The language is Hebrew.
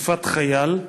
תקיפת חייל,